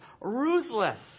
ruthless